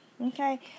okay